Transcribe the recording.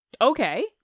Okay